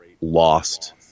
lost